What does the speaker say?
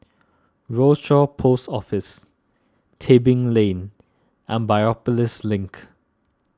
Rochor Post Office Tebing Lane and Biopolis Link